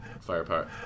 firepower